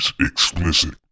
explicit